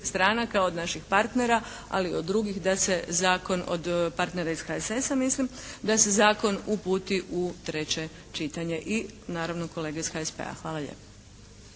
stranaka od naših partnera ali i od drugih da se zakon, partnera iz HSS-a mislim, da se zakon uputi u treće čitanje, i naravno kolege iz HSP-a. Hvala lijepo.